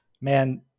man